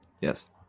Yes